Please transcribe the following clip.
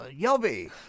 Yobby